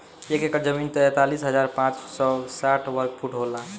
एक एकड़ जमीन तैंतालीस हजार पांच सौ साठ वर्ग फुट होला